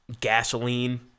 gasoline